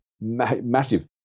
massive